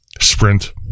Sprint